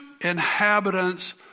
inhabitants